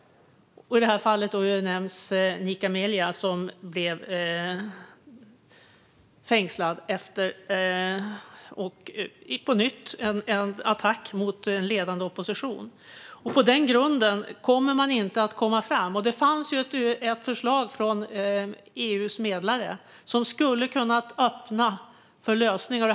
I det här fallet nämns Nika Melia. Det var på nytt en attack mot en ledande oppositionspolitiker. På den grunden kommer man inte fram. Det fanns ett förslag från EU:s medlare som hade kunnat öppna för lösningar.